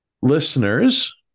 listeners